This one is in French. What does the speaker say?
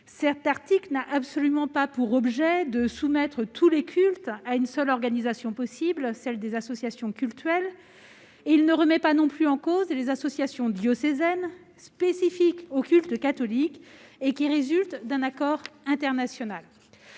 cet article n'a absolument pas pour objet de soumettre tous les cultes à une seule organisation, celle des associations cultuelles. Il ne remet pas non plus en cause les associations diocésaines spécifiques au culte catholique, qui résultent d'un accord international.